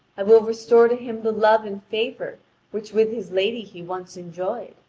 i will restore to him the love and favour which with his lady he once enjoyed.